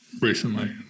recently